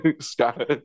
Scott